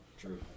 True